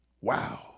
Wow